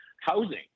housing